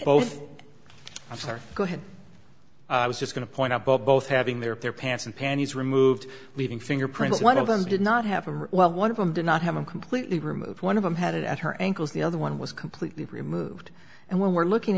both i'm sorry go ahead i was just going to point out but both having their pants and panties removed leaving fingerprints one of them did not have a while one of them did not have a completely removed one of them had it at her ankles the other one was completely removed and when we're looking